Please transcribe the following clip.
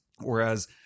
Whereas